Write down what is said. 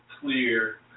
clear